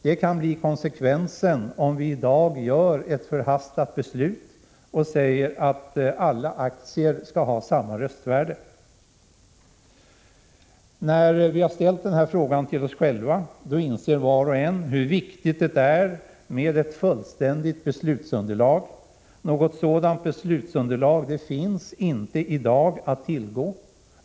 Det kan bli konsekvensen om vi i dag fattar ett förhastat beslut och säger att alla aktier skall ha samma röstvärde. När vi har ställt denna fråga till oss själva inser vi nog, var och en, hur viktigt det är med ett fullständigt beslutsunderlag. Något sådant finns inte att tillgå i dag.